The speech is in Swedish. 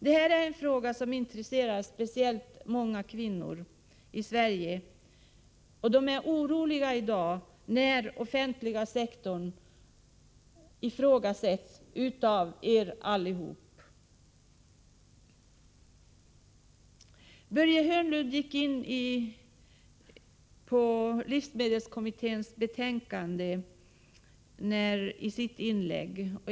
Detta är en fråga som speciellt intresserar många kvinnor i Sverige. De är oroliga i dag, när den offentliga sektorn ifrågasätts av er allihop. Börje Hörnlund kom in på livsmedelskommitténs betänkande i sitt inlägg.